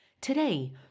Today